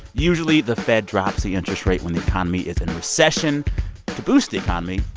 usually, the fed drops the interest rate when the economy is in recession to boost the economy.